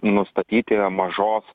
nustatyti mažos